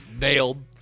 Nailed